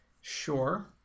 Sure